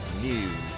News